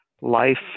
life